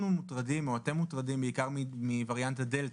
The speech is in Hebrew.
אנחנו מוטרדים או אתם מוטרדים בעיקר מווריאנט הדלתא,